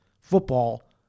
football